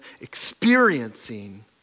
experiencing